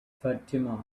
fatima